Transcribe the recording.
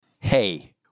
Hey